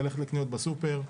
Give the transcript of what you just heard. ללכת לקניות בסופר.